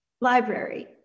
library